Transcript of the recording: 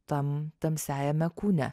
tam tamsiajame kūne